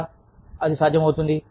ఎలా అది సాధ్యమవుతుంది